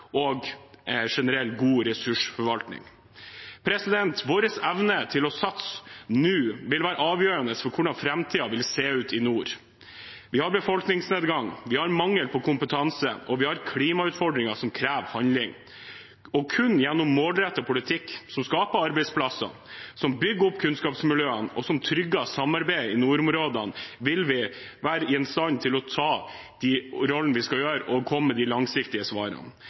og generelt god ressursforvaltning. Vår evne til å satse nå vil være avgjørende for hvordan framtiden vil se ut i nord. Vi har befolkningsnedgang, vi har mangel på kompetanse, og vi har klimautfordringer som krever handling. Kun gjennom målrettet politikk som skaper arbeidsplassene, som bygger opp kunnskapsmiljøene, og som trygger samarbeid i nordområdene, vil vi være i stand til å ta den rollen vi skal ha, og komme med de langsiktige svarene.